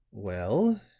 well,